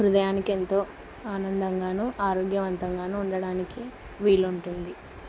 హృదయానికి ఎంతో ఆనందంగానూ ఆరోగ్యవంతంగానూ ఉండడానికి వీలుంటుంది